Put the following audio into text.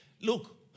Look